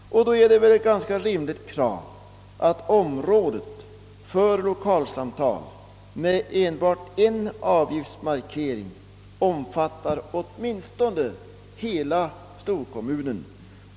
Då är det väl ett ganska rimligt krav att området för lokalsamtal med enbart en avgiftsmarkering omfattar åtminstone hela storkommunen.